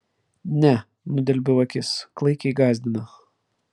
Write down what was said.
ne nudelbiau akis klaikiai gąsdina